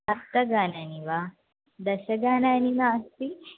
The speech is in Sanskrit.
सप्तगानानि वा दशगानानि नास्ति